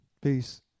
Peace